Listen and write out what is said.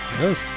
Yes